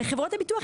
לחברות הביטוח,